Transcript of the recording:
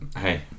hey